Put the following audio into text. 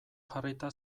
jarrita